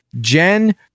Jen